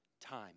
time